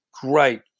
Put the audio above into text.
great